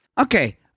Okay